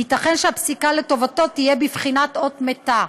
וייתכן שהפסיקה לטובתו תהיה בבחינת אות מתה.